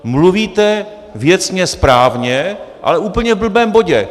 Mluvíte věcně správně, ale v úplně blbém bodě.